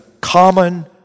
common